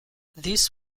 this